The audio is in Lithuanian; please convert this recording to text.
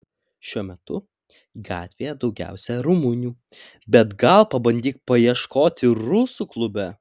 šiuo metu gatvėje daugiausiai rumunių bet gal pabandyk paieškoti rusų klube